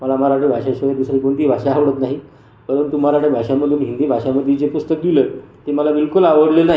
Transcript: मला मराठी भाषेशिवाय दुसरी कोणती भाषा आवडत नाही परंतु मराठी भाषामधून हिंदी भाषामदी जे पुस्तक लिहिलं ते मला बिलकुल आवडलं नाही